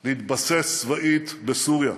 להתבסס צבאית בסוריה.